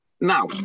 Now